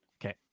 Okay